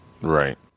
Right